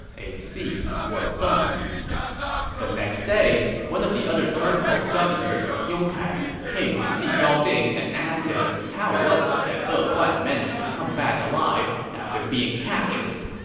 a seed was sown the next day, one of the other turncoat governors, yong kai, came to see gao ding and asked him how was it that e huan managed to come back alive after being captured.